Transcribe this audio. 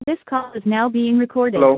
this call is now being recorded hello